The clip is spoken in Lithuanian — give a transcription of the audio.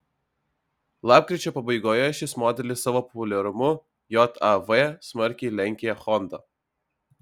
lapkričio pabaigoje šis modelis savo populiarumu jav smarkiai lenkė honda